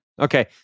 okay